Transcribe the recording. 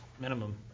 minimum